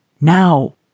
Now